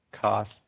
cost